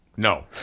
No